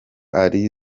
ari